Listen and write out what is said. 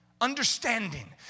Understanding